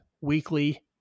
weekly